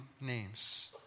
names